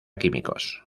químicos